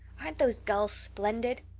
aren't those gulls splendid?